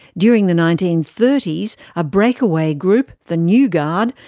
during the nineteen thirty s, a breakaway group, the new guard,